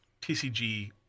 TCG